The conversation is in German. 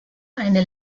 eine